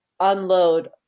unload